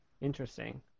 Interesting